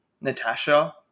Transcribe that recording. Natasha